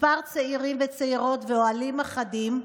מספר צעירים וצעירות ואוהלים אחדים,